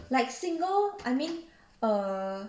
like single I mean err